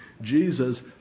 Jesus